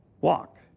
Walk